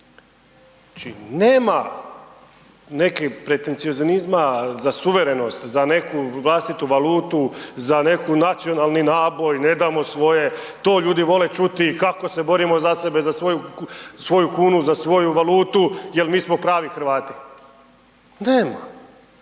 Znači nema neke pretencioznima za suverenost za neku vlastitu valutu, za neki nacionalni naboj, ne damo svoje, to ljudi vole čuti kako se borimo za sebe, za svoju kunu, za svoju valutu jer mi smo pravi Hrvati. Nema,